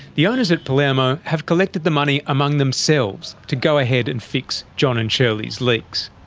the owners at palermo have collected the money among themselves to go ahead and fix john and shirley's leaks.